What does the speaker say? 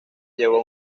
llevó